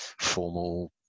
formal